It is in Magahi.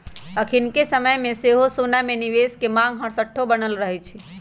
अखनिके समय में सेहो सोना में निवेश के मांग हरसठ्ठो बनल रहै छइ